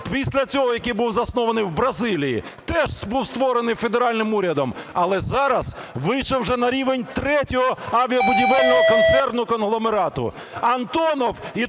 після цього, який був заснований у Бразилії, теж був створений федеральним урядом, але зараз вийшов вже на рівень третього авіабудівельного концерну конгломерату. "Антонов"…